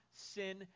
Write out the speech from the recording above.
sin